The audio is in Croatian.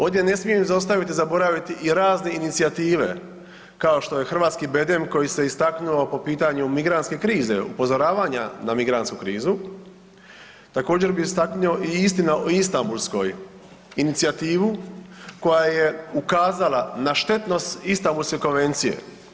Ovdje ne smijem izostaviti i zaboraviti i razne inicijative kao što je Hrvatski bedem koji se istaknuo po pitanju migrantske krize, upozoravanja na migrantsku krizu, također bih istaknuo i istina o Istambulskoj inicijativu koja je ukazala ne štetnost Istambulske konvencije.